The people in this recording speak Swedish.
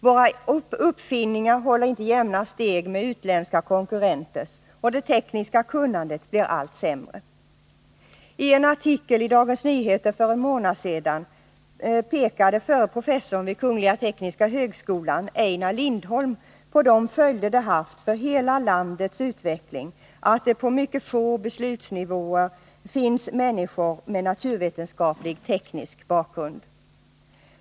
Våra uppfinningar håller inte jämna steg med utländska konkurrenters, och det tekniska kunnandet blir allt sämre. I en artikel i Dagens Nyheter för en månad sedan pekade förre professorn vid kungl. tekniska högskolan Einar Lindholm på de följder det haft för hela landets utveckling att det på mycket få beslutsnivåer finns människor med naturvetenskaplig-teknisk bakgrund.